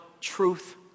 truth